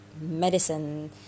medicine